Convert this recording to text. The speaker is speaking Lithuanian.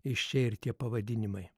iš čia ir tie pavadinimai